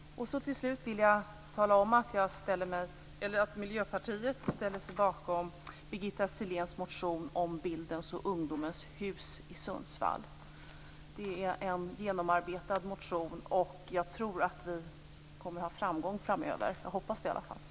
Till slut vill jag tala om att Miljöpartiet ställer sig bakom Birgitta Selléns motion om ett bildens och undomens hus i Sundsvall. Det är en genomarbetad motion, och jag tror att vi framöver kommer att ha framgång. Jag hoppas i varje fall det.